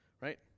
right